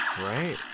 Right